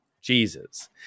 Jesus